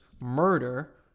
murder